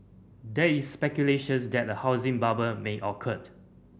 there is speculation that a housing bubble may occurred